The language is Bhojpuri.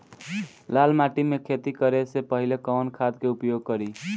लाल माटी में खेती करे से पहिले कवन खाद के उपयोग करीं?